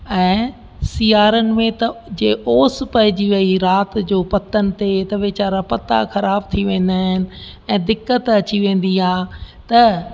ऐं सियारनि में त जे ओस पेईजी वेई राति जो पतनि ते त वीचारा पता ख़राबु थी वेंदा आहिनि ऐं दिक़त अची वेंदी आहे त